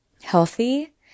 healthy